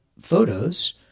photos